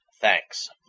Thanks